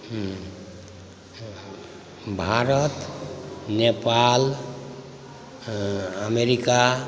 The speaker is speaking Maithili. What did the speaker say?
भारत नेपाल अमेरिका